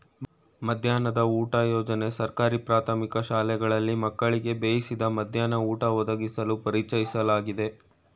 ಮಧ್ಯಾಹ್ನದ ಊಟ ಯೋಜನೆ ಸರ್ಕಾರಿ ಪ್ರಾಥಮಿಕ ಶಾಲೆಗಳಲ್ಲಿ ಮಕ್ಕಳಿಗೆ ಬೇಯಿಸಿದ ಮಧ್ಯಾಹ್ನ ಊಟ ಒದಗಿಸಲು ಪರಿಚಯಿಸ್ಲಾಗಯ್ತೆ